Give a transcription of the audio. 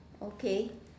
okay